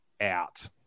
out